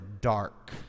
dark